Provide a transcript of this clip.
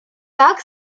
так